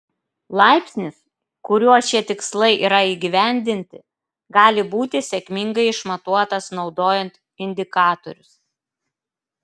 laipsnis kuriuo šie tikslai yra įgyvendinti gali būti sėkmingai išmatuotas naudojant indikatorius